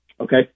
Okay